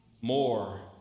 more